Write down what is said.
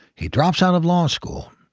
he drops out of law school,